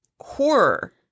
horror